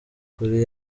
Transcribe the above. kuri